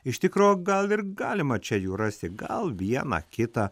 iš tikro gal ir galima čia jų rasti gal vieną kitą